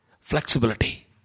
Flexibility